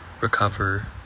recover